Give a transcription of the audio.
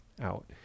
out